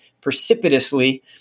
precipitously